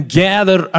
gather